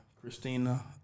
Christina